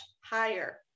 higher